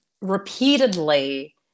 repeatedly